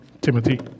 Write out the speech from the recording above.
Timothy